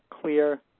clear